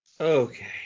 Okay